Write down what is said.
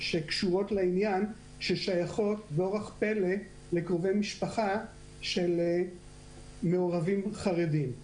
שקשורות לעניין ששייכות באורח פלא לקרובי משפחה של מעורבים חרדים: